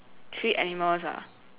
three animals ah